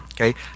okay